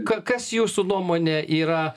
k kas jūsų nuomone yra